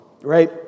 right